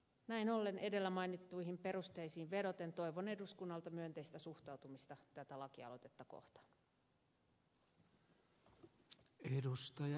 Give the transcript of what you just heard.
näin ollen edellä mainittuihin perusteisiin vedoten toivon eduskunnalta myönteistä suhtautumista tätä lakialoitetta kohtaan